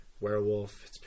Werewolf